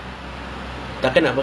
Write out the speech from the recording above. true truth